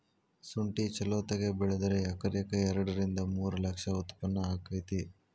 ಸುಂಠಿ ಚಲೋತಗೆ ಬೆಳದ್ರ ಎಕರೆಕ ಎರಡ ರಿಂದ ಮೂರ ಲಕ್ಷ ಉತ್ಪನ್ನ ಅಕೈತಿ